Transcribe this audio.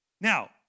Now